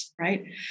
right